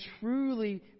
truly